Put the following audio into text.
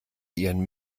ihren